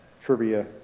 trivia